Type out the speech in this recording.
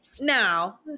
Now